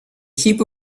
heap